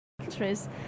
countries